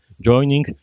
joining